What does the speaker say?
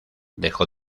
dejó